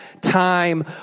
time